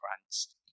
France